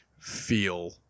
Feel